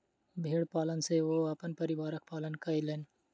भेड़ पालन सॅ ओ अपन परिवारक पालन कयलैन